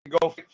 go